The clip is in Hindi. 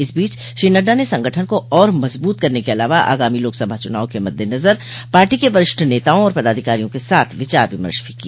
इस बीच श्री नड्डा ने संगठन को और मजबूत करने के अलावा आगामी लोकसभा चनाव के मद्देनजर पार्टी के वरिष्ठ नेताओं और पदाधिकारियों के साथ विचार विमर्श भी किया